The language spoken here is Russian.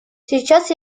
сейчас